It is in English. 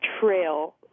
trail